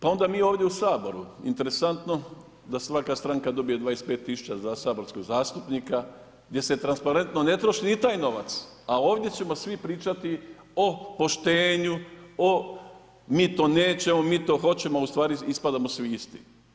Pa onda mi ovdje u Saboru interesantno da svaka stranka dobije 25 tisuća za saborskog zastupnika gdje se transparentno ne troši ni taj novac, a ovdje ćemo svi pričati o poštenju, o mi to nećemo, mi to hoćemo, a ustvari ispadamo svi isti.